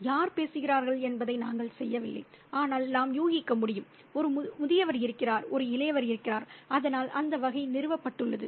யார் பேசுகிறார்கள் என்பதை நாங்கள் செய்யவில்லை ஆனால் நாம் யூகிக்க முடியும் ஒரு முதியவர் இருக்கிறார் ஒரு இளையவர் இருக்கிறார் அதனால் அந்த வகை நிறுவப்பட்டுள்ளது